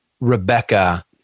Rebecca